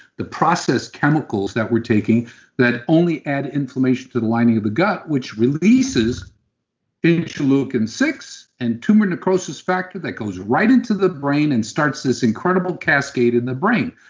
the processed chemicals that we're taking that only add inflammation to the lining of the gut which releases interleukin six and tumor necrosis factor that goes right into the brain and starts this incredible cascade in the brain.